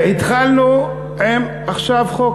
התחלנו עכשיו עם חוק